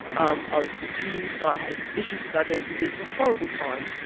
um i was confused, i had issues with identity, it was a horrible time.